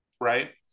right